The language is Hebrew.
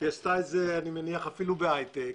היא עשתה את זה אפילו בהייטק,